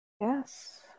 Yes